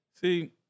see